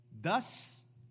Thus